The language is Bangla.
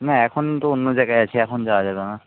না এখন তো অন্য জায়গায় আছি এখন যাওয়া যাবে না